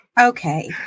Okay